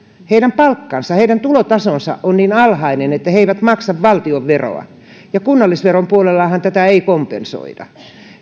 heidän palkkansa heidän tulotasonsa on niin alhainen että he eivät maksa valtionveroa ja kunnallisveron puolellahan tätä ei kompensoida